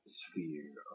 sphere